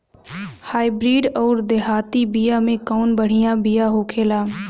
Hybrid अउर देहाती बिया मे कउन बढ़िया बिया होखेला?